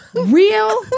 real